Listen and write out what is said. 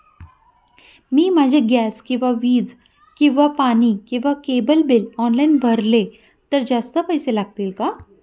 मी माझे गॅस किंवा वीज किंवा पाणी किंवा केबल बिल ऑनलाईन भरले तर जास्त पैसे लागतील का?